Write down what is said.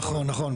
נכון, נכון.